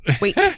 Wait